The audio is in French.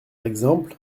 exemple